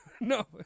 no